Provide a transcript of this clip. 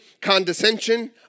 condescension